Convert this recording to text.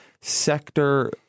sector